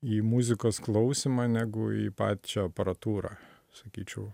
į muzikos klausymą negu į pačią aparatūrą sakyčiau